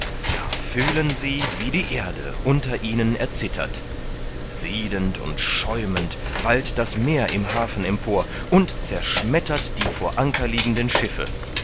da fühlen sie wie die erde unter ihnen erzittert siedend und schäumend wallt das meer im hafen empor und zerschmettert die vor anker liegenden schiffe